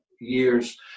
years